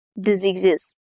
diseases